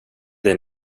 dig